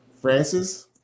Francis